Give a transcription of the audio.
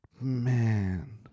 man